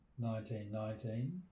1919